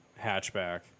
hatchback